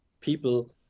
people